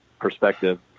perspective